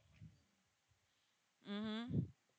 mmhmm